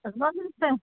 सगळो सांग